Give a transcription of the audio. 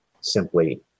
simply